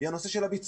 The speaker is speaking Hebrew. היא הנושא של הביצוע.